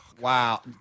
Wow